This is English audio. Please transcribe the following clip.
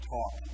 Talk